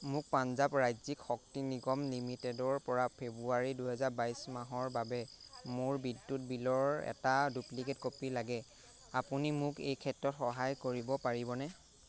মোক পাঞ্জাৱ ৰাজ্যিক শক্তি নিগম লিমিটেডৰ পৰা ফেব্ৰুৱাৰী দুহেজাৰ বাইশ মাহৰ বাবে মোৰ বিদ্যুৎ বিলৰ এটা ডুপ্লিকেট কপি লাগে আপুনি মোক এই ক্ষেত্ৰত সহায় কৰিব পাৰিবনে